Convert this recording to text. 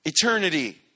eternity